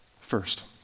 first